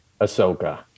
Ahsoka